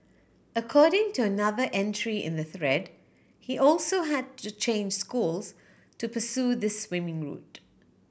according to another entry in the thread he also had to change schools to pursue this swimming route